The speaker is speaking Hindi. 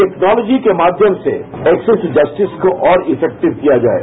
टेक्नोलॉजी के माध्यम से एक्सेस जस्टिस को और इफेक्टिव किया जाये